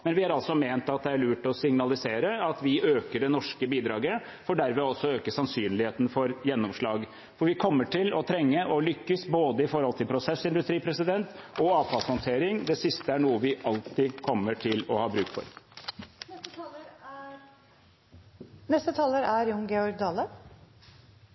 ment at det er lurt å signalisere at vi øker det norske bidraget, for derved også å øke sannsynligheten for gjennomslag. For vi kommer til å trenge å lykkes når det gjelder både prosessindustri og avfallshåndtering. Det siste er noe vi alltid kommer til å ha bruk